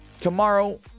tomorrow